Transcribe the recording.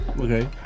Okay